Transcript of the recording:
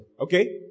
okay